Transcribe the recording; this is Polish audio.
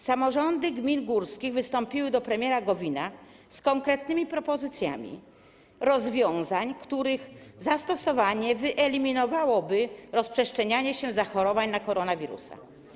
Samorządy gmin górskich wystąpiły do premiera Gowina z konkretnymi propozycjami rozwiązań, których zastosowanie wyeliminowałoby rozprzestrzenianie się zachorowań, koronawirusa.